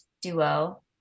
duo